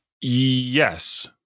yes